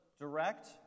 direct